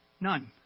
None